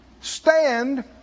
Stand